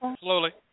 Slowly